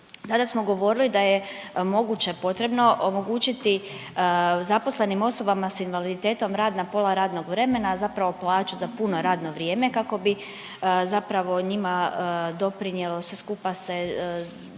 Tada smo govorili da je moguće potrebno omogućiti zaposlenim osobama s invaliditetom rad na pola radnog vremena, a zapravo plaću za puno radno vrijeme, kako bi zapravo njima doprinijelo sve skupa se